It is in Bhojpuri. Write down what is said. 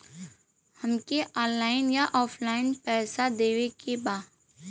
हमके ऑनलाइन या ऑफलाइन पैसा देवे के बा?